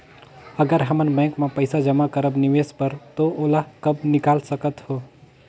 अगर हमन बैंक म पइसा जमा करब निवेश बर तो ओला कब निकाल सकत हो?